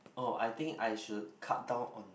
oh I think I should cut down on